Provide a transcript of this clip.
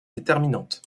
déterminante